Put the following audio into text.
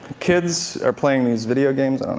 kids are playing these video games,